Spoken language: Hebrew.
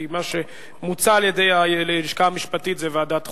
כי מה שמוצע על-ידי הלשכה המשפטית זה ועדת חוקה,